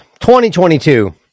2022